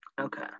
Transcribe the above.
Okay